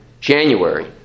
January